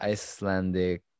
Icelandic